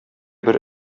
бер